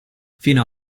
fino